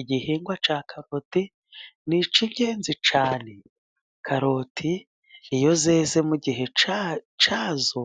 Igihingwa cya karoti ni ik'ingenzi cyane. Karoti iyo zeze mu gihe cyazo,